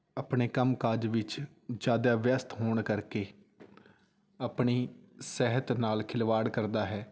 ਆਪਣੇ ਕੰਮ ਕਾਜ ਵਿੱਚ ਜ਼ਿਆਦਾ ਵਿਅਸਤ ਹੋਣ ਕਰਕੇ ਆਪਣੀ ਸਿਹਤ ਨਾਲ ਖਿਲਵਾੜ ਕਰਦਾ ਹੈ